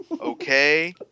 Okay